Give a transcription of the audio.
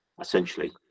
Essentially